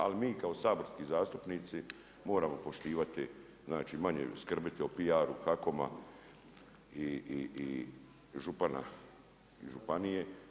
Ali mi kao saborski zastupnici moramo poštivati, znači manje skrbiti o PR HAKOM-a i župana županije.